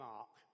Mark